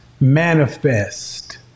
manifest